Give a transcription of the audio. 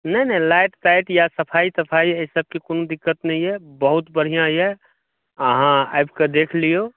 नहि नहि लाइट ताइट या सफाइ तफाइ एहिसभके कोनो दिक्कत नहि यए बहुत बढ़िआँ यए अहाँ आबि कऽ देख लियौ